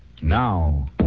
now